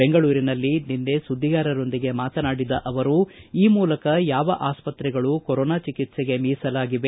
ಬೆಂಗಳೂರಿನಲ್ಲಿ ನಿನ್ನೆ ಸುದ್ದಿಗಾರರೊಂದಿಗೆ ಮಾತನಾಡಿದ ಅವರು ಈ ಮೂಲಕ ಯಾವ ಆಸ್ಪತ್ರೆಗಳು ಕೊರೊನಾ ಚಿಕಿತ್ಸೆಗೆ ಮೀಸಲಾಗಿವೆ